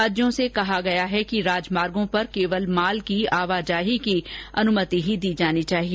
राज्यों से कहा गया है कि राजमार्गों पर केवल माल की आवाजाही की ही अनुमति दी जानी चाहिए